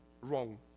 wrong